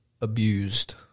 abused